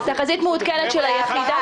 -- לתחזית מעודכנת של היחידה.